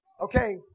Okay